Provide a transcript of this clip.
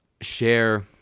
share